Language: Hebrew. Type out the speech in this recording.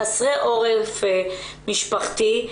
חסרי עורף משפחתי.